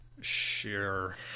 sure